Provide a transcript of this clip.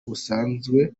busanzwe